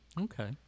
Okay